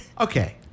Okay